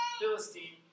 Philistine